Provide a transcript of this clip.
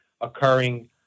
occurring